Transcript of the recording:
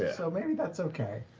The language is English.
so maybe that's okay.